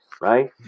right